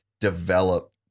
develop